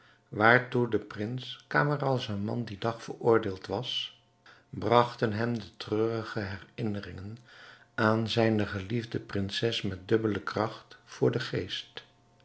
waartoe de prins camaralzaman dien dag veroordeeld was bragten hem de treurige herinneringen aan zijne geliefde prinses met verdubbelde kracht voor den geest